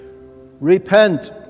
repent